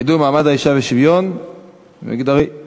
החינוך, התרבות והספורט נתקבלה.